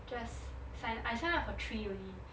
just sign I signed up for three only